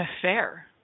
affair